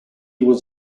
was